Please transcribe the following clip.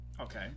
Okay